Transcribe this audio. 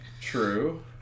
True